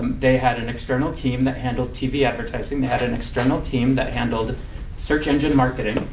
um they had an external team that handled tv advertising. they had an external team that handled search engine marketing.